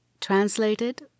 translated